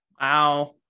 Wow